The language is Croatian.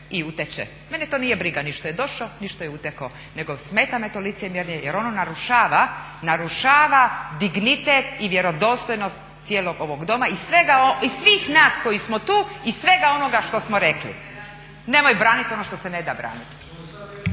i uteče. Mene to nije briga ni što je došao, ni što je utekao nego smeta me to licemjerje jer ono narušava dignitet i vjerodostojnost cijelog ovog doma i svih nas koji smo tu i svega onoga što smo rekli. … /Upadica se ne razumije./